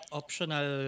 optional